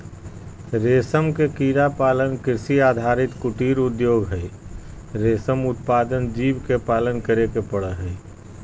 रेशम के कीड़ा पालन कृषि आधारित कुटीर उद्योग हई, रेशम उत्पादक जीव के पालन करे के पड़ हई